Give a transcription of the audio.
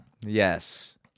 yes